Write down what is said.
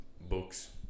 books